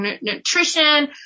nutrition